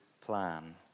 plan